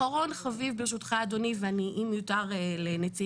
אחרון חביב, ברשותך אדוני, אם אפשר לאפשר